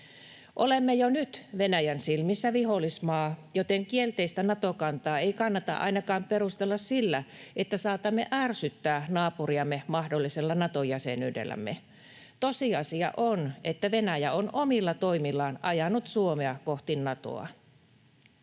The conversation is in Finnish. Olemme jo nyt Venäjän silmissä vihollismaa, joten kielteistä Nato-kantaa ei kannata perustella ainakaan sillä, että saatamme ärsyttää naapuriamme mahdollisella Nato-jäsenyydellämme. Tosiasia on, että Venäjä on omilla toimillaan ajanut Suomea kohti Natoa.